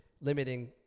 limiting